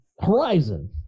Horizon